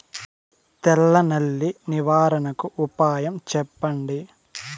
తెల్ల నల్లి నివారణకు ఉపాయం చెప్పండి?